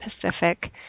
Pacific